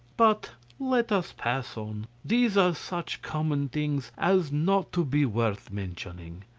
but let us pass on these are such common things as not to be worth mentioning.